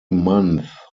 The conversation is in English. month